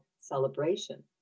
Celebration